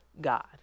God